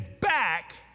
back